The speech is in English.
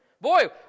Boy